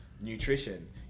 nutrition